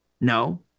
No